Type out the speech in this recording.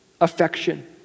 affection